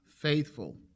faithful